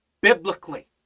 biblically